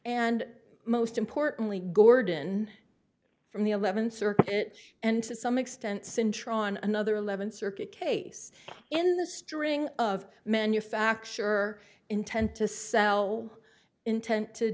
and most importantly gordon from the eleventh circuit and to some extent sinchon another eleventh circuit case in the string of manufacturer intent to sell intent to